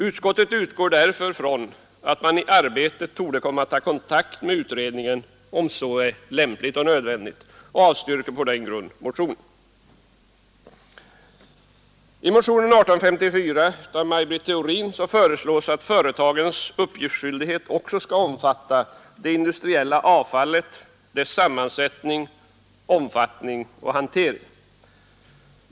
Utskottet utgår därför från att man i arbetet torde komma att ta kontakt med utredningen, om så är lämpligt och nödvändigt, och avstyrker på den grunden motionen. I motionen 1854 av Maj Britt Theorin föreslås att företagens uppgiftsskyldighet också skall omfatta det industriella avfallet, dess sammansättning, omfattning och hantering.